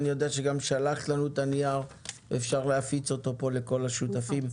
אני יודע שגם שלחת לנו את הנייר ואפשר להפיץ אותו לכל השותפים.